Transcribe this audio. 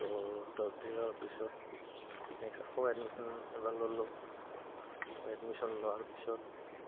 তো ড্ৰপ দিয়াৰ পিছত নেক্সট আকৌ এডমিশ্যন এবাৰ ল'লোঁ ত' এডমিশ্যন লোৱাৰ পিছত